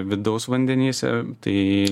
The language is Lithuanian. vidaus vandenyse tai